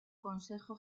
consejo